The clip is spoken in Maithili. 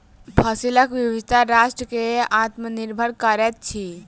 फसिलक विविधता राष्ट्र के आत्मनिर्भर करैत अछि